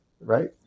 right